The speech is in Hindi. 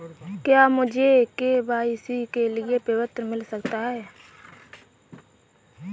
क्या मुझे के.वाई.सी के लिए प्रपत्र मिल सकता है?